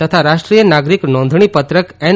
તથા રાષ્ટ્રીય નાગરિક નોંધણીપત્રક એન